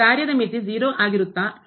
ಈ ಕಾರ್ಯದ ಮಿತಿ 0 ಆಗಿರುತ್ತ